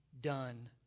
done